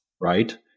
right